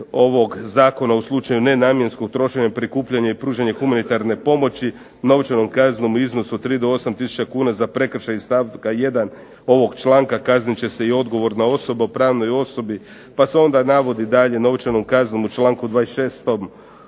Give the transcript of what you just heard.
ovog zakona u slučaju nenamjenskog trošenja, prikupljanja i pružanja humanitarne pomoći novčanom kaznom u iznosu od 3 do 8 tisuća kuna za prekršaj iz stavka 1. ovog članka kaznit će se i odgovorna osoba u pravnoj osobi, pa se onda navodi dalje novčanom kaznom u članku 26.